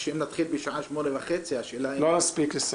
שאם נתחיל בשעה 20:30 --- לא נספיק לסיים.